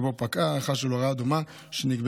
שבו פקעה ההארכה של הוראה דומה שנקבעה